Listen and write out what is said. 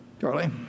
Charlie